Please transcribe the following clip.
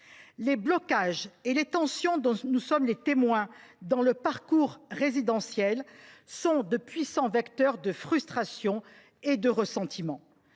Les blocages et les tensions dont nous sommes les témoins dans le parcours résidentiel sont de puissants vecteurs de frustration et de ressentiment.